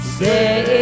say